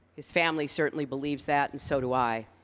his family certainly believes that. and so do i.